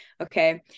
Okay